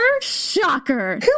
shocker